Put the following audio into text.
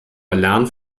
erlernen